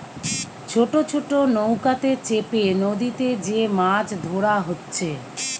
ছোট ছোট নৌকাতে চেপে নদীতে যে মাছ ধোরা হচ্ছে